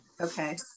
Okay